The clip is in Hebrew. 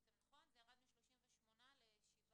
זה ירד מ-38 ל-17,